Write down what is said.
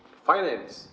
finance